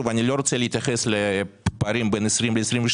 אני לא רוצה להתייחס לפערים בין 2020 ל-2022.